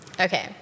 Okay